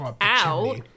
out